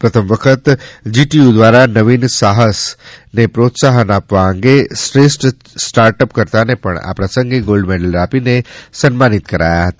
પ્રથમ વખત જીટીયુ દ્વારા નવીન સાહસને પ્રોત્સાહન આપવા અંગે શ્રેષ્ઠ સ્ટાર્ટઅપકર્તાને પણ આ પ્રસંગે ગોલ્ડ મેડલ આપીને સન્માનિત કરાયા હતા